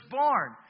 born